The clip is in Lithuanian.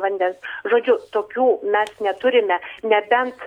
vandens žodžiu tokių mes neturime nebent